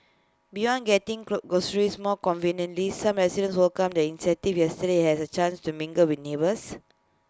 beyond getting glow groceries more conveniently some residents welcomed the initiative yesterday as A chance to mingle with neighbours